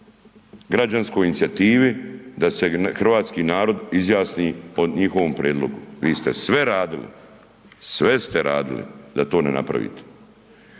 građanskoj inicijativi, da se hrvatski narod izjasni po njihovom prijedlogu, vi ste sve radili, sve ste radili da to ne napravite.